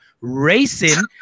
racing